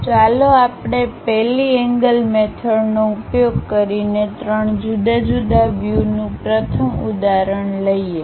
તો ચાલો આપણે 1 લી એંગલ મેથડનો ઉપયોગ કરીને ત્રણ જુદા જુદા વ્યૂ નું પ્રથમ ઉદાહરણ લઈએ